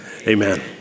amen